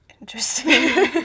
Interesting